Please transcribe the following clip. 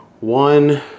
one